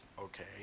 okay